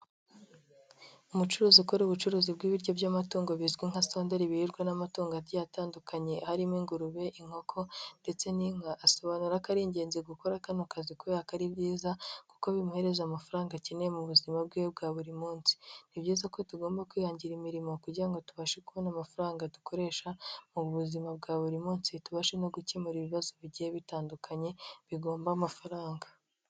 Umucuruzi ukora ubucuruzi bw'ibiryo by'amatungo, bizwi nka sondori birirwa n'amatungo agiye atandukanye, arimo ingurube, inkoko, ndetse n'inka, asobanura ko ari ingenzi gukora kano kazi, kubera ko ari byiza kuko bimuhereza amafaranga akeneye mu buzima bwe bwa buri munsi. Ni byiza ko tugomba kwihangira imirimo, kugira ngo tubashe kubona amafaranga dukoresha mu buzima bwa buri munsi, tubashe no gukemura ibibazo bigiye bitandukanye, bigomba amafaranga.